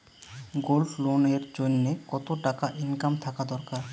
Gold loan এর জইন্যে কতো টাকা ইনকাম থাকা দরকার?